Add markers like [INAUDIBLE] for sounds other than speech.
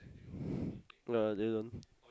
[BREATH] no I didn't